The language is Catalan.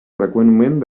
freqüentment